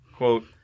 Quote